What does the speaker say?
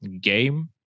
game